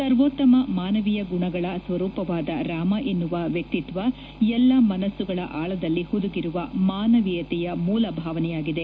ಸರ್ವೋತ್ತಮ ಮಾನವೀಯ ಗುಣಗಳ ಸ್ವರೂಪವಾದ ರಾಮ ಎನ್ನುವ ವ್ಯಕ್ತಿತ್ವ ಎಲ್ಲಾ ಮನಸ್ಸುಗಳ ಆಳದಲ್ಲಿ ಹುದುಗಿರುವ ಮಾನವೀಯತೆಯ ಮೂಲ ಭಾವನೆಯಾಗಿದೆ